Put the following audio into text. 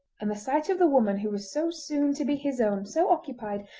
and the sight of the woman who was so soon to be his own so occupied,